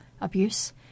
abuse